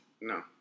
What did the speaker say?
No